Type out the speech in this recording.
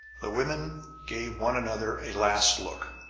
the women gave one another a last look.